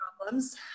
problems